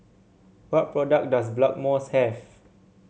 what products does Blackmores have